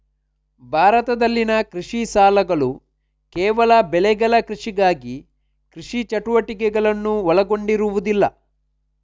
ಭಾರತದಲ್ಲಿನ ಕೃಷಿ ಸಾಲಗಳುಕೇವಲ ಬೆಳೆಗಳ ಕೃಷಿಗಾಗಿ ಕೃಷಿ ಚಟುವಟಿಕೆಗಳನ್ನು ಒಳಗೊಂಡಿರುವುದಿಲ್ಲ